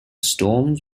storms